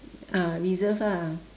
ah reserve ah